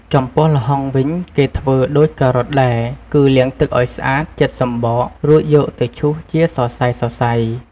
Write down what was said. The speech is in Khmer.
ចំពោះល្ហុងវិញ គេធ្វើដូចការ៉ុតដែរ គឺលាងទឹកឱ្យស្អាត ចិតសំបក រួចយកទៅឈូសជាសរសៃៗ។